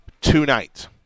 tonight